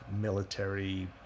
military